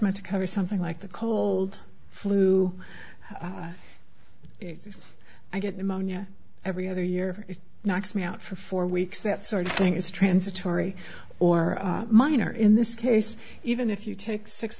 meant to cover something like the cold flu i get pneumonia every other year knocks me out for four weeks that sort of thing is transitory or minor in this case even if you take six